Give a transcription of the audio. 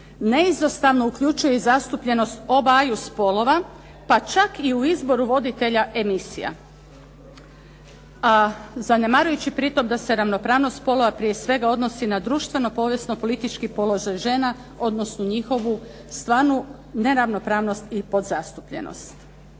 neizostavno uključuje i zastupljenost obaju spolova pa čak i u izboru voditelja emisija. Zanemarujući pri tom da se ravnopravnost spolova prije svega odnosi na društveno-povijesno-politički položaj žena, odnosno njihovu stvarnu neravnopravnost i podzastupljenost.